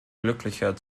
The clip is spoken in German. glücklicher